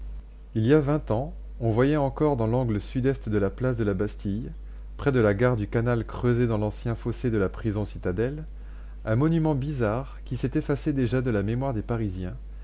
il y a vingt ans on voyait encore dans l'angle sud-est de la place de la bastille près de la gare du canal creusée dans l'ancien fossé de la prison citadelle un monument bizarre qui s'est effacé déjà de la mémoire des parisiens